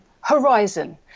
horizon